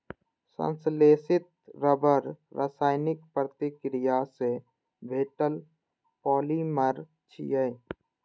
संश्लेषित रबड़ रासायनिक प्रतिक्रिया सं भेटल पॉलिमर छियै